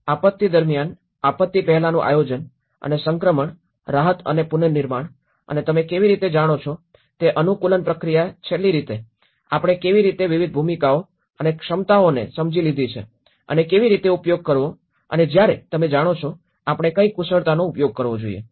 તેથી આપત્તિ દરમ્યાન આપત્તિ પહેલાનું આયોજન અને સંક્રમણ રાહત અને પુનર્નિર્માણ અને તમે કેવી રીતે જાણો છો તે અનુકૂલન પ્રક્રિયા છેલ્લી રીતે આપણે કેવી રીતે વિવિધ ભૂમિકાઓ અને ક્ષમતાઓને સમજી લીધી છે અને કેવી રીતે ઉપયોગ કરવો અને જ્યારે તમે જાણો છો આપણે કઈ કુશળતાનો ઉપયોગ કરવો જોઈએ